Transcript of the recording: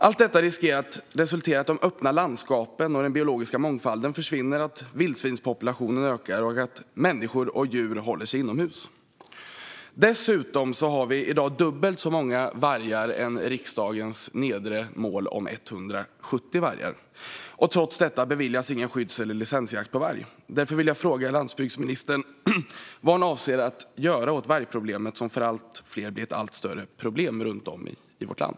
Allt detta riskerar att resultera i att de öppna landskapen och den biologiska mångfalden försvinner, att vildsvinspopulationen ökar och att människor och djur håller sig inomhus. Dessutom har vi i dag dubbelt så många vargar jämfört med riksdagens nedre mål på 170. Trots detta beviljas ingen skydds eller licensjakt på varg. Därför vill jag fråga landsbygdsministern vad hon avser att göra åt vargproblemet, som blir allt större för allt fler runt om i vårt land.